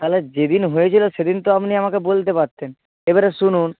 তাহলে যেদিন হয়েছিল সেদিন তো আপনি আমাকে বলতে পারতেন এইবারে শুনুন